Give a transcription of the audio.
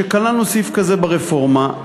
שכללנו סעיף כזה ברפורמה,